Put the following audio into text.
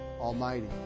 almighty